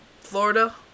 Florida